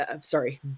sorry